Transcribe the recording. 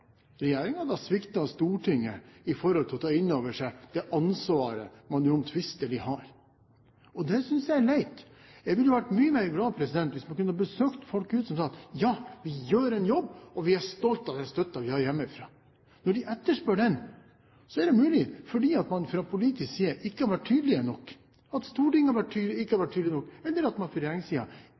da svikter Stortinget med hensyn til å ta inn over seg det ansvaret man uomtvistelig har. Det synes jeg er leit. Jeg ville vært mye mer glad hvis man kunne ha besøkt folk ute som hadde sagt: Ja, vi gjør en jobb, og vi er stolt av den støtte vi har hjemmefra. Når de etterspør den, er det mulig at man fra politisk side ikke har vært tydelig nok, at Stortinget ikke har vært tydelig nok, eller at man fra regjeringens side ikke har vært tydelig nok